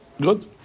Good